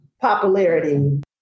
popularity